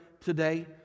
today